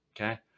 okay